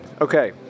Okay